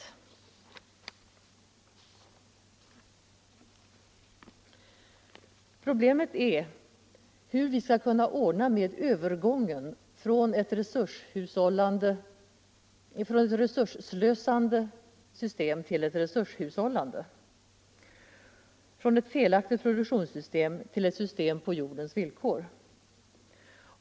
Det problem som vi nu står inför gäller hur vi skall kunna ordna med övergången från ett resursslösande till ett resurshushållande system, alltså att gå från ett felaktigt produktionssystem till ett system på jordens villkor.